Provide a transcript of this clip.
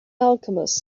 alchemist